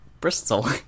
Bristol